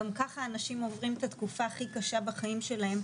גם ככה אנשים עוברים את התקופה הכי קשה בחיים שלהם.